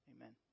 Amen